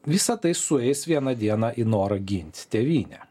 visa tai sueis vieną dieną į norą gint tėvynę